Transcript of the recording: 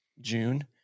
June